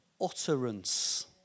utterance